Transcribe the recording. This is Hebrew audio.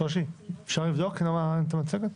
אפשר לבדוק למה אין את המצגת?